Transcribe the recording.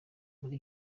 muri